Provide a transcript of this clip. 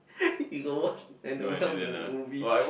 you got watch Anabelle the movie